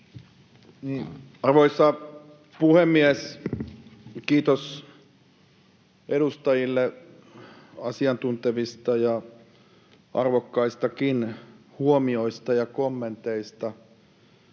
Arvoisa puhemies! Kiitos edustajille asiantuntevista ja arvokkaistakin huomioista ja kommenteista.